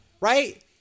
Right